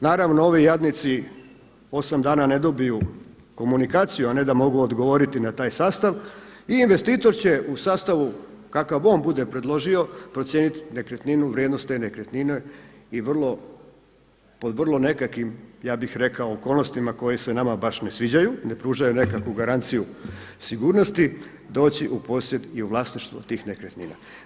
Naravno ovi jadnici 8 dana ne dobiju komunikaciju a ne da mogu odgovoriti na taj sastav i investitor će u sastavu kakav on bude predložio procijeniti nekretninu, vrijednost te nekretnine i vrlo, pod vrlo nekakvim, ja bih rekao okolnostima koje se nama baš ne sviđaju, ne pružaju nekakvu garanciju sigurnosti, doći u posjed i u vlasništvo tih nekretnina.